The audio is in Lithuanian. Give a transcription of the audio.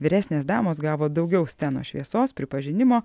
vyresnės damos gavo daugiau scenos šviesos pripažinimo